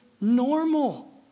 normal